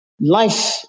Life